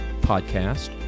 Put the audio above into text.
podcast